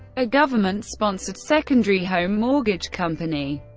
a government-sponsored secondary home mortgage company,